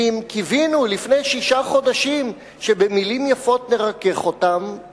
ואם קיווינו לפני שישה חודשים שבמלים יפות נרכך אותם,